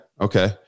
Okay